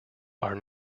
are